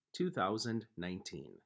2019